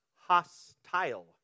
hostile